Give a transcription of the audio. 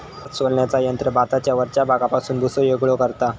भात सोलण्याचा यंत्र भाताच्या वरच्या भागापासून भुसो वेगळो करता